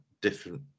different